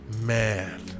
man